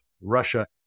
Russia